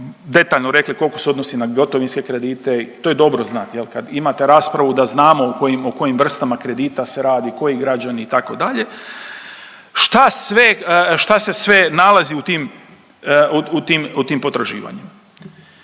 detaljno rekli koliko se odnosi na gotovinske kredite, to je dobro znat, kad imate raspravu da znamo o kojim, o kojim vrstama kredita se radi, koji građani itd. Šta sve, šta se sve nalazi u tim, u tim,